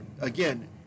again